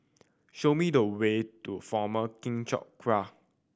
show me the way to Former Keng Teck Whay